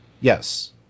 Yes